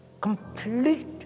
complete